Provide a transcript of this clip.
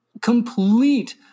complete